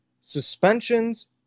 suspensions